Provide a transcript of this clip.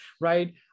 right